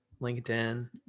LinkedIn